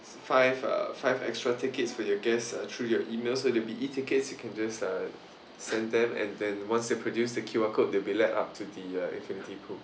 five uh five extra tickets for your guests uh through your emails so they'll be E tickets you can just uh send them and then once you produce the Q_R code they'll be lead up to the uh infinity pool